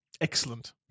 Excellent